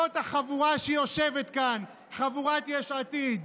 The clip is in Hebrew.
זאת החבורה שיושבת כאן, חבורת יש עתיד,